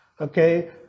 okay